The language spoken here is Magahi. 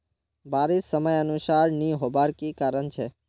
बारिश समयानुसार नी होबार की कारण छे?